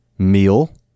meal